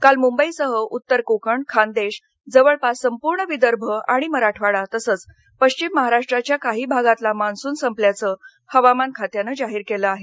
काल मुंबईसह उत्तर कोकण खानदेश जवळपास संपूर्ण विदर्भ आणि मराठवाडा तसंच पश्चिम महाराष्ट्राच्या काही भागातला मान्सून संपल्याचं हवामानखात्यानं जाहीर केलं आहे